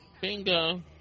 Bingo